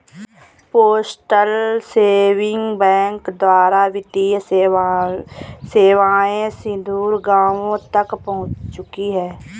postal saving bank द्वारा वित्तीय सेवाएं सुदूर गाँवों तक पहुंच चुकी हैं